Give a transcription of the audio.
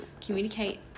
communicate